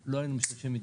לולא היו לנו מתנדבים.